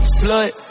slut